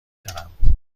دارم